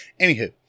Anywho